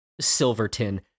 Silverton